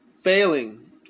failing